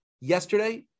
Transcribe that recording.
yesterday